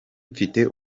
mfite